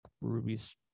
Ruby's